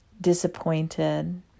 disappointed